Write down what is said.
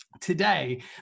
today